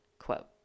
quote